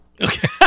Okay